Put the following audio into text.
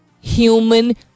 human